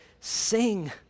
Sing